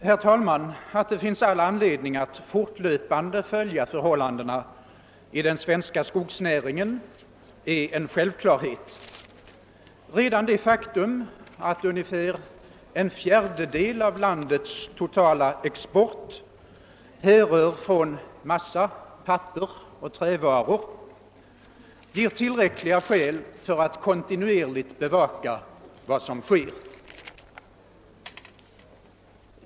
Herr talman! Att det finns anledning att fortlöpande följa förhållandena i den svenska skogsnäringen är en självklarhet. Redan det faktum, att ungefär en fjärdedel av landets totalexport härrör från massa, papper och trävaror ger tillräckliga skäl att kontinuerligt bevaka vad som sker.